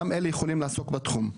גם הם יכולים לעסוק בתחום.